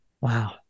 Wow